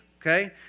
okay